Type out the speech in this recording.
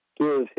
give